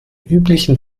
üblichen